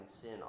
sin